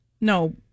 No